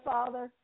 Father